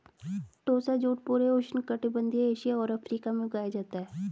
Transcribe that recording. टोसा jute पूरे उष्णकटिबंधीय Asia और अफ्रीका में उगाया जाता है